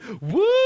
woo